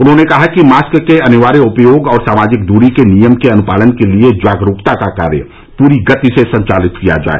उन्होंने कहा कि मास्क के अनिवार्य उपयोग और सामाजिक दूरी के नियम के अनुपालन के लिए जागरूकता का कार्य पूरी गति से संचालित किया जाए